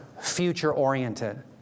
future-oriented